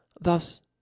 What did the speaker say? thus